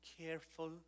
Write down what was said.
careful